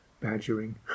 badgering